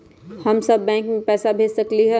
हम सब बैंक में पैसा भेज सकली ह?